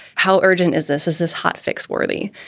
how urgent is this? is this hotfix worthy?